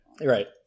Right